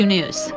News